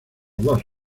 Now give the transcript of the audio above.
dos